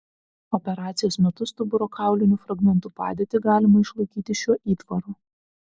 operacijos metu stuburo kaulinių fragmentų padėtį galima išlaikyti šiuo įtvaru